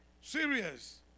Serious